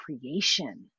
creation